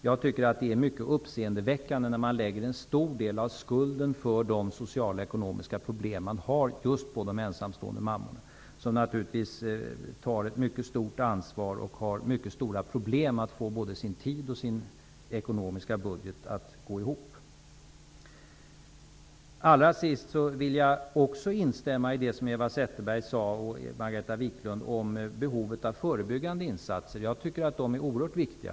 Jag tycker att det är mycket uppseendeväckande när man lägger en stor del av skulden för de sociala och ekonomiska problem man har just på de ensamstående mammorna, som naturligtvis tar ett mycket stort ansvar och har mycket stora problem att få både sin tid och sin ekonomiska budget att gå ihop. Allra sist vill jag också instämma i det som Eva Zetterberg och Margareta Viklund sade om behovet av förebyggande insatser. Jag tycker att de är oerhört viktiga.